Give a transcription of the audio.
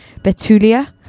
Betulia